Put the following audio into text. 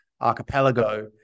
archipelago